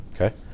okay